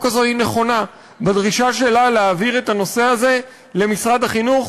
הזאת נכונה בדרישה שלה להעביר את הנושא הזה למשרד החינוך,